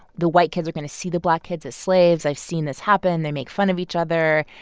the white kids are going to see the black kids as slaves i've seen this happen they make fun of each other.